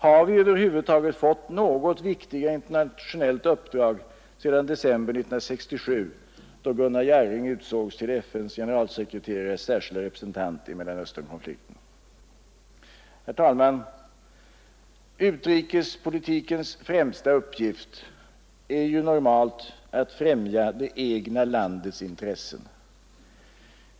Har vi över huvud taget fått något viktigare internationellt uppdrag sedan december 1967, då Gunnar Jarring utsågs till FN:s generalsekreterares särskilda representant i Mellanösternkonflikten? Utrikespolitikens främsta uppgift är normalt att främja det egna landets intressen.